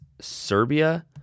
Serbia